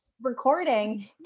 Recording